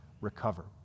recover